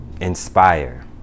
Inspire